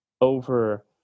over